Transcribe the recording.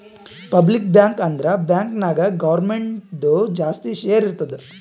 public bank ಅಂದುರ್ bank ನಾಗ್ ಗೌರ್ಮೆಂಟ್ದು ಜಾಸ್ತಿ ಶೇರ್ ಇರ್ತುದ್